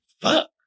Fuck